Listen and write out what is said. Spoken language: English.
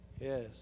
yes